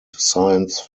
science